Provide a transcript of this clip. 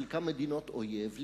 חלקן מדינות אויב,